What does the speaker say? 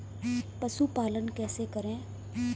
पशुपालन कैसे करें?